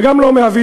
וגם לא מאבי,